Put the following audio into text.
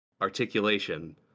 articulation